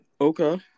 Okay